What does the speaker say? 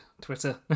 Twitter